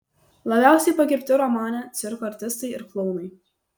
labiausiai pagerbti romane cirko artistai ir klounai